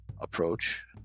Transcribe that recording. approach